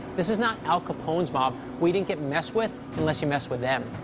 this is not al capone's mob. we didn't get messed with unless you messed with them.